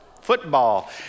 football